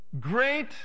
great